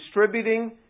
distributing